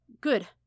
good